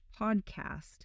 podcast